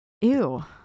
Ew